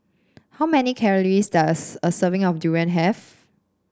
how many calories does a serving of durian have